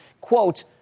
quote